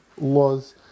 laws